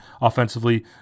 offensively